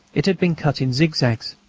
it had been cut in zigzags.